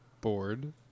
board